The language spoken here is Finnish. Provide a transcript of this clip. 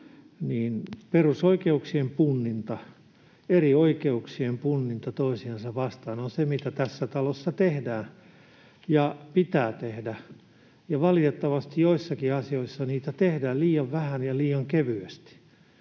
niin perusoikeuksien punninta, eri oikeuksien punninta toisiansa vastaan, on se, mitä tässä talossa tehdään ja pitää tehdä. Valitettavasti joissakin asioissa sitä tehdään liian vähän ja liian kevyesti.